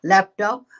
Laptop